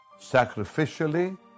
sacrificially